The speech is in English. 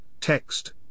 text